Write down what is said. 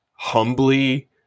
humbly